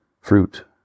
fruit